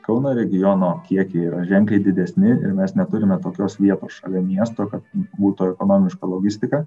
kauno regiono kiekiai yra ženkliai didesni ir mes neturime tokios vietos šalia miesto kad būtų ekonomiška logistika